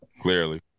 Clearly